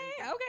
okay